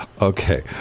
Okay